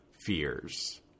fears